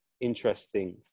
interesting